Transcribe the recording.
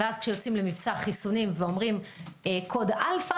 ואז כשיוצאים למבצע חיסונים ואומרים קוד אלפא